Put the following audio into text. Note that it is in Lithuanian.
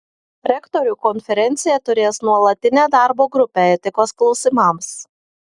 rektorių konferencija turės nuolatinę darbo grupę etikos klausimams